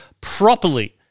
properly